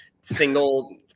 single